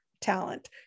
talent